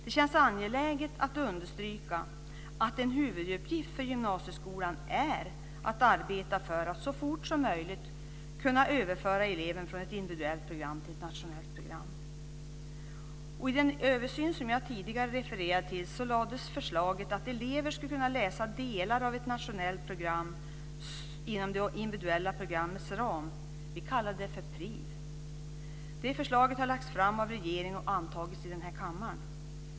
Det känns angeläget att understryka att en huvuduppgift för gymnasieskolan är att arbeta för att så fort som möjligt kunna överföra eleven från ett individuellt program till ett nationellt program. I den översyn som jag tidigare refererade till fanns ett förslag om att elever skulle kunna läsa delar av ett nationellt program inom det individuella programmets ram. Vi kallade det för PRIV. Det förslaget har lagts fram av regeringen och antagits i denna kammare.